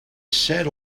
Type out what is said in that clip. set